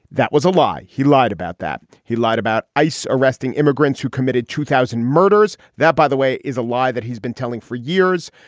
that was a lie. he lied about that. he lied about ice arresting immigrants who committed two thousand murders. that, by the way, is a lie that he's been telling for years.